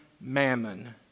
mammon